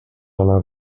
ona